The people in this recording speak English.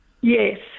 Yes